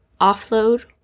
offload